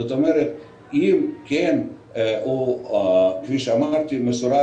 זאת אומרת אם הוא מסורס ומעוקר, כפי שאמרתי.